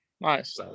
Nice